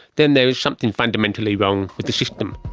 then there is something fundamentally wrong with the system.